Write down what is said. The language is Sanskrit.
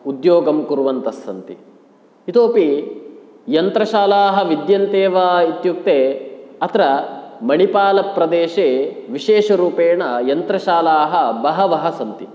उद्योगं कुर्वन्तस्सन्ति इतोपि यन्त्रशालाः विद्यन्ते वा इत्युक्ते अत्र मणिपालप्रदेशे विशेषरूपेण यन्त्रशालाः बहवः सन्ति